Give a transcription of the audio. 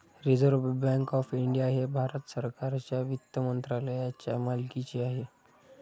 reserve bank of India हे भारत सरकारच्या वित्त मंत्रालयाच्या मालकीचे आहे